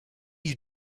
you